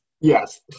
Yes